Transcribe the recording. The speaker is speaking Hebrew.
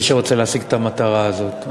מי שרוצה להשיג את המטרה הזאת.